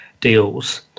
deals